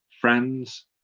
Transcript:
friends